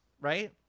right